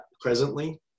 presently